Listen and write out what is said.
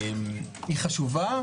היא חשובה,